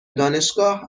دانشگاه